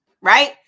right